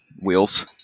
wheels